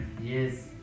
Yes